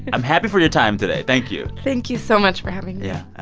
i'm happy for your time today. thank you thank you so much for having yeah.